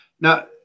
Now